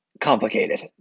complicated